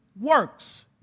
works